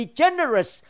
generous